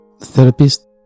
therapist